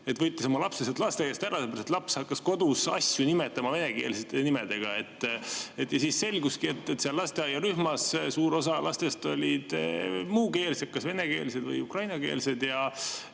et võttis oma lapse sellest lasteaiast ära, sest laps hakkas kodus asju nimetama venekeelsete nimedega. Siis selguski, et seal lasteaiarühmas oli suur osa lastest muukeelsed, kas venekeelsed või ukrainakeelsed,